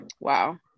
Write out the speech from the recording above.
Wow